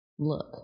Look